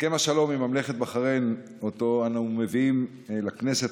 הסכם השלום עם ממלכת בחריין שאנו מביאים לכנסת